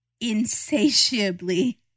insatiably